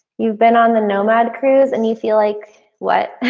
you've been on the nomad cruise and you feel like what?